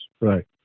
Right